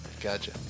Gotcha